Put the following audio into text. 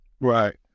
right